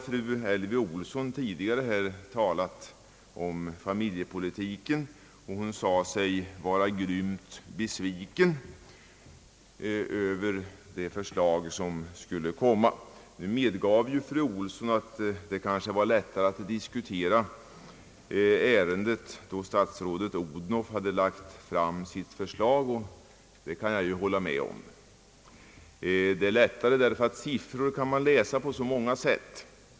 Fru Elvy Olsson har tidigare talat om familjepolitiken. Hon sade sig vara grymt besviken över det förslag som skulle komma. Fru Olsson medgav, att det kanske var lättare att diskutera ärendet då statsrådet Odhnoff lagt fram sitt förslag, och det kan jag hålla med om. Det är lättare därför att man kan läsa siffror på så många sätt.